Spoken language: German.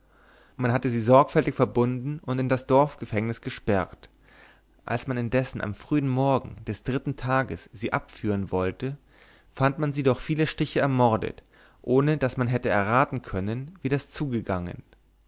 man hatte sie sorgfältig verbunden und in das dorfgefängnis gesperrt als man indessen am frühen morgen des dritten tages sie abführen wollte fand man sie durch viele stiche ermordet ohne daß man hätte erraten können wie das zugegangen